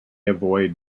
avoid